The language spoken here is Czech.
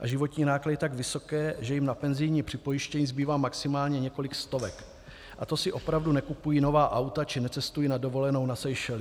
a životní náklady tak vysoké, že jim na penzijní připojištění zbývá maximálně několik stovek, a to si opravdu nekupují nová auta či necestují na dovolenou na Seychely.